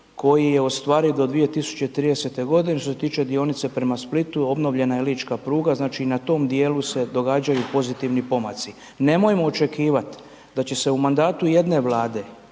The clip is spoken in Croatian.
koji je ostvariv do 2030. g. Što se tiče dionice prema Splitu, obnovljena je lička pruga, znači i na tom dijelu se događaju pozitivni pomaci. Nemojmo očekivati da će se u mandatu jedne Vlade,